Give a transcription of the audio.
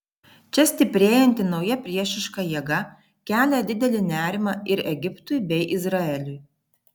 čia stiprėjanti nauja priešiška jėga kelia didelį nerimą ir egiptui bei izraeliui